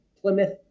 Plymouth